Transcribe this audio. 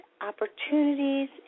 opportunities